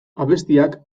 abestiak